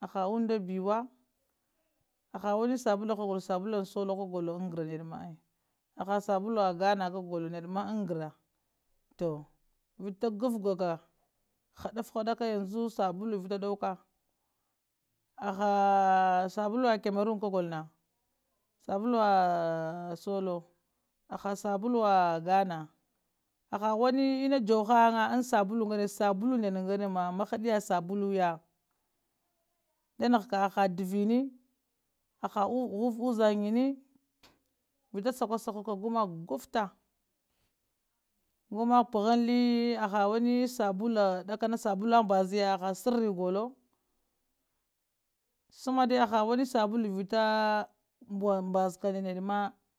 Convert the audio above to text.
aha unda ɓiwa, aha wani sabulu ghogho sabulun solo kagolo angra zirini ma ai haha sabulua ghana kagolo nidema angara toh, vita guff gaka hadaff haɗaka, yanzu sabulu vita ɗauka, aha sabulula cameroon kagolona, sabuluwa solowa aha sabuluwa ghana aha wani ena juwohanga an sabulu gane sabulu ndegane ma ama hadiya sabuluwo ya da nahka aha divini aha huvu uzangini vita sakwa sakuwa ka gumakgwafəta gu mak p'ghəŋ tali pha wani sasula ɗakana sabuluwa mbaziya ŋ ha shiri kəegolo səma dea aha wani sabulu vita mbazka nde ɗe ma.